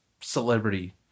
celebrity